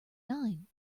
nine